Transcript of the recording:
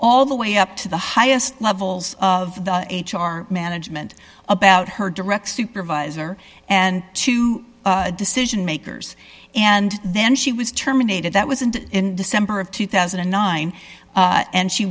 all the way up to the highest levels of the h r management about her direct supervisor and two decision makers and then she was terminated that was and in december of two thousand and nine and she